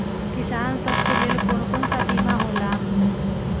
किसान सब के लेल कौन कौन सा बीमा होला?